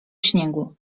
śniegu